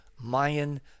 Mayan